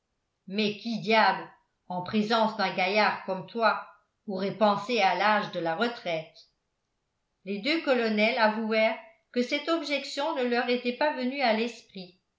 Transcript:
mais qui diable en présence d'un gaillard comme toi aurait pensé à l'âge de la retraite les deux colonels avouèrent que cette objection ne leur était pas venue à l'esprit